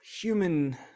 human